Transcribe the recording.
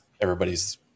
everybody's